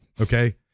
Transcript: okay